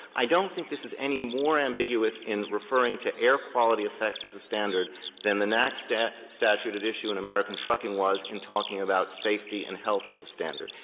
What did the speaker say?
i don't think this is any more ambiguous in referring to air quality effects as a standard than the naaqs statute statute at issue in american trucking was in talking about safety and health as a standard.